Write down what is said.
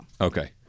Okay